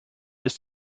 ist